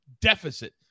deficit